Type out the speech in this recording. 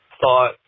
thought